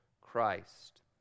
Christ